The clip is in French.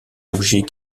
objets